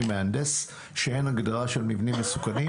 מהנדס שאין הגדרה של מבנים מסוכנים.